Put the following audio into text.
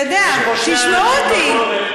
אתה יודע, שישמעו אותי.